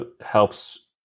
helps